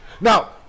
Now